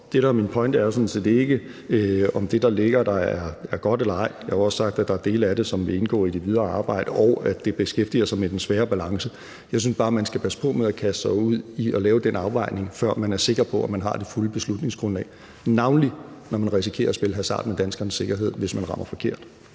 set ikke, om det, der ligger her, er godt eller ej. Jeg har jo også sagt, at der er dele af det, som vil indgå i det videre arbejde, og at dette beskæftiger sig med den svære balance. Jeg synes bare, man skal passe på med at kaste sig ud i at lave den afvejning, før man er sikker på, at man har det fulde beslutningsgrundlag, navnlig når man risikerer at spille hasard med danskernes sikkerhed, hvis man rammer forkert.